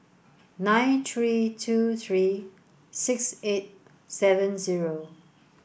nine three two three six eight seven zero